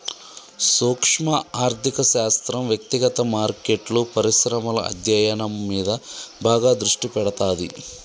సూక్శ్మ ఆర్థిక శాస్త్రం వ్యక్తిగత మార్కెట్లు, పరిశ్రమల అధ్యయనం మీద బాగా దృష్టి పెడతాది